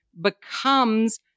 becomes